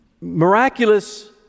Miraculous